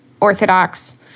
Orthodox